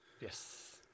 Yes